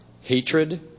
hatred